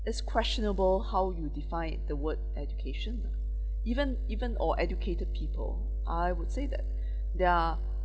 it's questionable how you define the word education even even or educated people I would say that they're